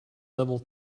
level